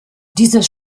dieses